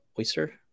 Oyster